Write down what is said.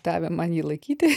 davė man jį laikyti